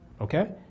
Okay